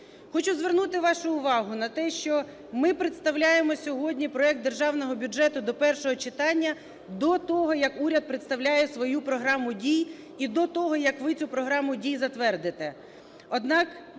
Хочу звернути вашу увагу на те, що ми представляємо сьогодні проект Державного бюджету до першого читання до того, як уряд представляє свою програму дій, і до того, як ви цю програму дій затвердите.